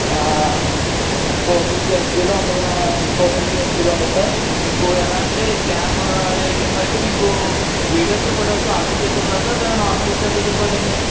four fifty హెచ్డీలో ఉంటుంది నాన్న ఫోర్ ఫిఫ్టీ హెచ్డీలో ఉంటుంది సార్ మీకు ఎలా అంటే క్యామ్ రేటింగ్ బట్టి మీకు వీడియోస్ ఫొటోస్ ఆల్బం చేసివ్వాలా సార్ లేదా నార్మల్గా ఇచ్చేస్తే సరిపోతుందండి